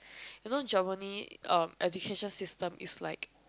you know Germany uh education system is like